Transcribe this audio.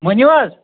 ؤنِو حظ